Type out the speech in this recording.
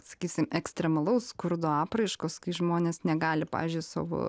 sakysim ekstremalaus skurdo apraiškos kai žmonės negali pavyzdžiui savo